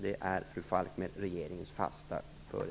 Det är, fru